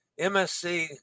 MSC